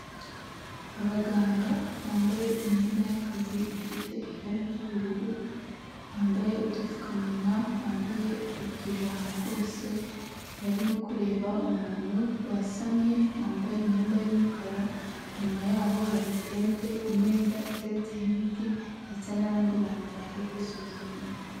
Abaganga bambaye imyenda y'akazi ifite ibara ry'ubururu bambaye udupfukamunwa. Bambaye bikwije ahantu hose. Barimo kureba umuntu wasamye wambaye imyenda y'umukara. Inyuma yabo hari itete, imeza iteretseho imiti, ndetse n'abandi bantu baje kwisuzumisha.